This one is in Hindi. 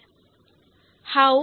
how tall is Grumpy the dwarf